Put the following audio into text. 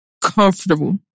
comfortable